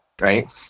right